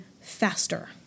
faster